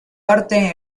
arte